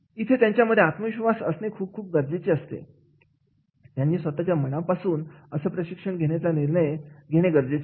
इथे त्यांच्यामध्ये आत्मविश्वास असणे खूप खूप गरजेचे असते त्यांनी स्वतःच्या मनापासून असं प्रशिक्षण घेण्याचा निर्णय घेणे गरजेचे आहे